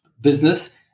business